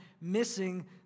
missing